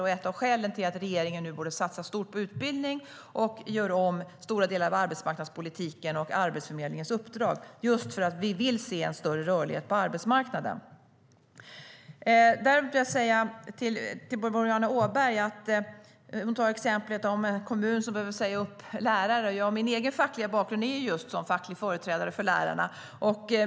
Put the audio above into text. Det är ett av skälen till att regeringen satsar stort på utbildning och gör om stora delar av arbetsmarknadspolitiken och Arbetsförmedlingens uppdrag. Det är för att vi vill se en större rörlighet på arbetsmarknaden. Boriana Åberg tar upp exemplet med kommuner som behöver säga upp lärare. Min egen fackliga bakgrund är just som facklig företrädare för lärarna.